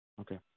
Okay